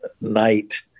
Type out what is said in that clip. night